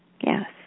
Yes